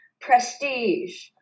prestige